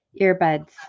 earbuds